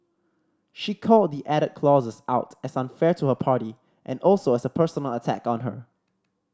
she called the added clauses out as unfair to her party and also as a personal attack on her